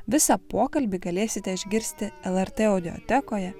visą pokalbį galėsite išgirsti lrt audiotekoje